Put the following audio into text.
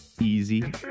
Easy